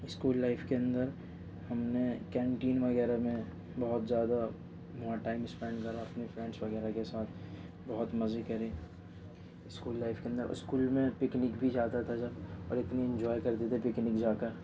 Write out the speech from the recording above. school life کے اندر ہم نے کینٹین وغیرہ میں بہت زیادہ وہاں ٹائم اسپینڈ کرا اپنے فرینڈس وغیرہ کے ساتھ بہت مزے کرے اسکول لائف کے اندر اسکول میں پکنک بھی جاتا تھا جب اور اتنی انجوائے کرتے تھے پکنک جا کر